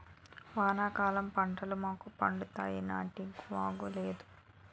వానాకాలం పంటలు మాకు పండుతాయి నీటివాగు లేదు